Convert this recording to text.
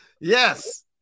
Yes